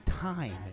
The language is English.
time